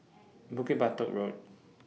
Bukit Batok Road